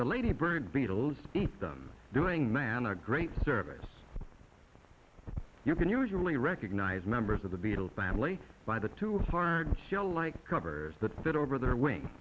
the ladybird beetles eat them doing man a great service you can usually recognize members of the beetle family by the too hard shell like covers that fit over their wing